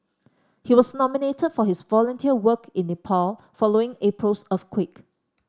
he was nominated for his volunteer work in Nepal following April's earthquake